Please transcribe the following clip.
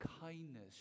kindness